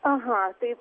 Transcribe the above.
aha taip